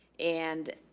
and